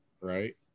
right